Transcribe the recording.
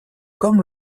comme